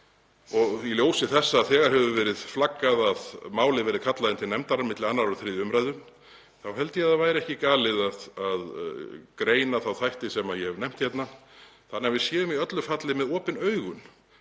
í ljósi þess að því hefur þegar verið flaggað að málið verði kallað inn til nefndar milli 2. og 3. umr., að ég held að það væri ekki galið að greina þá þætti sem ég hef nefnt hér þannig að við séum í öllu falli með opin augun